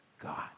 God